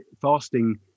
fasting